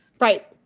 Right